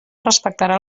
respectarà